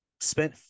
Spent